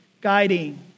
guiding